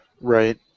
Right